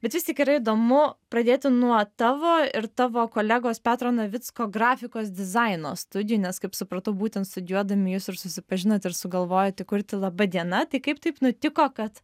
bet vis tik yra įdomu pradėti nuo tavo ir tavo kolegos petro navicko grafikos dizaino studijų nes kaip supratau būtent studijuodami jūs ir susipažinot ir sugalvojot įkurti laba diena tai kaip taip nutiko kad